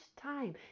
time